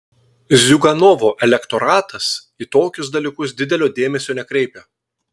ziuganovo elektoratas į tokius dalykus didelio dėmesio nekreipia